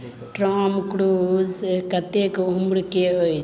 Tom Cruise कतेक उम्रके अइ